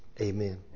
Amen